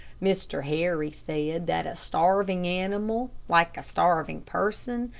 mr. harry said that a starving animal, like a starving person,